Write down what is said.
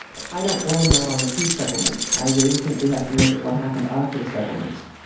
but i don't blame that on the peace settlements, i really think we have to look at what happened after the settlements.